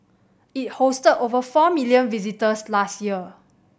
it hosted over four million visitors last year